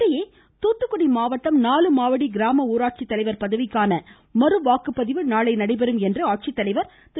இதனிடையே தூத்துக்குடி மாவட்டம் நாலுமாவடி கிராம ஊராட்சி தலைவர் பதவிக்கான மறுவாக்குப்பதிவு நாளை நடைபெறும் என மாவட்ட ஆட்சித்தலைவர் திரு